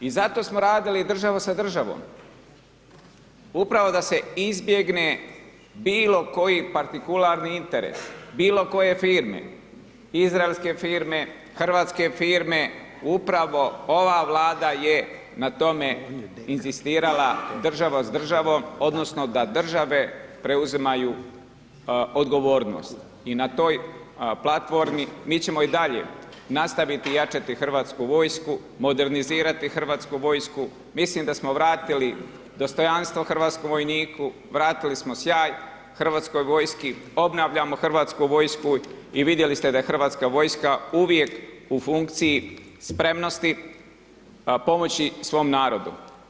I zato smo radili država sa državom, upravo da se izbjegne bilo koji partikularni interes, bilo koje firme, izraelske firme, hrvatske firme, upravo ova Vlada je na tome inzistirala država s državom odnosno da države preuzimaju odgovornost i na toj platformi mi ćemo i dalje nastaviti jačati Hrvatsku vojsku, modernizirati Hrvatsku vojsku, mislim da smo vratili dostojanstvo hrvatskom vojniku, vratili smo sjaj Hrvatskoj vojski, obnavljamo Hrvatsku vojsku i vidjeli ste da je Hrvatska vojska u vijek u funkciji spremnosti pomoći svom narodu.